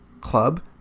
club